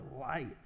light